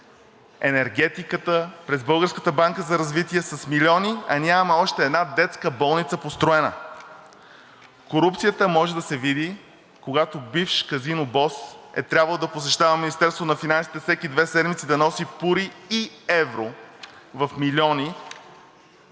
Българската банка за развитие с милиони, а няма още една детска болница построена. Корупцията може да се види, когато бивш казино бос е трябвало да посещава Министерството на финансите и на всеки две седмици да носи пури и евро в милиони.